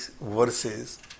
verses